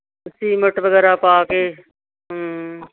cement ਵਗੈਰਾ ਪਾ ਕੇ ਹਮ